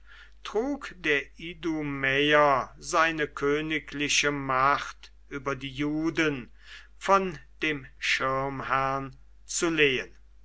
trug der idumäer seine königliche macht über die juden von dem schirmherrn zu lehen